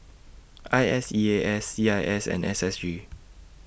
I S E A S C I S and S S G